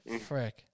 Frick